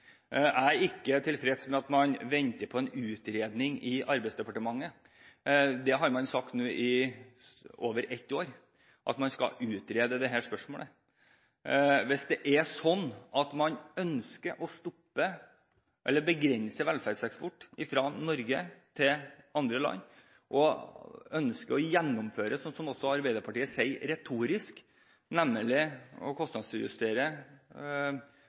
Jeg er ikke tilfreds med at man venter på en utredning fra Arbeidsdepartementet. I mer enn ett år har man sagt at man skal utrede dette spørsmålet. Hvis det er slik at man ønsker å stoppe eller begrense velferdseksporten fra Norge til andre land, hvis man, slik Arbeiderpartiet sier det retorisk, ønsker å gjennomføre